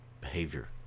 behavior